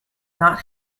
not